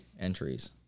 entries